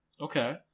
Okay